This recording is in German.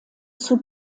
zur